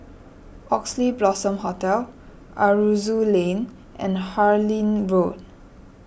Oxley Blossom Hotel Aroozoo Lane and Harlyn Road